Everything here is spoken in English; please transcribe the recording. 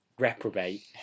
reprobate